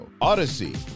Odyssey